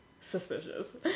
suspicious